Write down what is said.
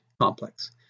complex